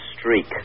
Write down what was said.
streak